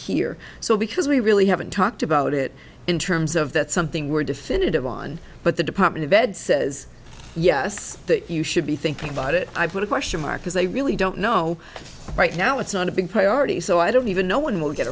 here so because we really haven't talked about it in terms of that's something we're definitive on but the department of ed says yes that you should be thinking about it i've got a question mark as they really don't know right now it's not a big priority so i don't even know when we'll get